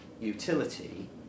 utility